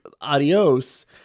adios